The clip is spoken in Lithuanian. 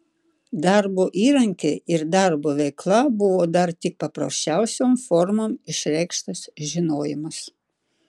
darbo įrankiai ir darbo veikla buvo dar tik paprasčiausiom formom išreikštas žinojimas